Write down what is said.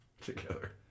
together